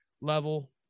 level